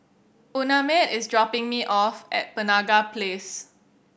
Unnamed is dropping me off at Penaga Place